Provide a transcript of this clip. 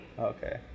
Okay